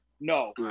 No